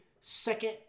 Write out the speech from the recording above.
second